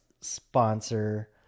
sponsor